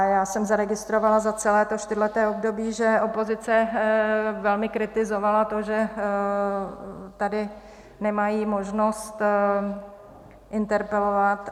Já jsem zaregistrovala za celé to čtyřleté období, že opozice velmi kritizovala to, že tady nemají možnost interpelovat.